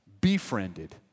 befriended